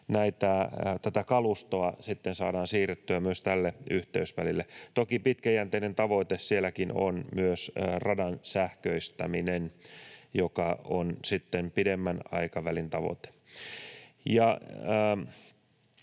tätä kalustoa sitten saadaan siirrettyä myös tälle yhteysvälille. Toki pitkäjänteinen tavoite sielläkin on radan sähköistäminen, joka on sitten pidemmän aikavälin tavoite.